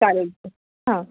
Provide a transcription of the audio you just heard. चालेल हां